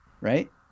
right